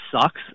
sucks